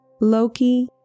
Loki